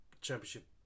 championship